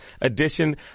edition